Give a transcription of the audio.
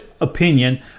opinion